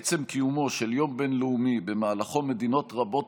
עצם קיומו של יום בין-לאומי שבמהלכו מדינות רבות